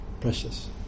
precious